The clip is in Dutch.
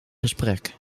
gesprek